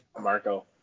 Marco